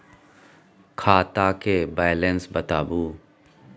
खाता के बैलेंस बताबू?